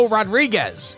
Rodriguez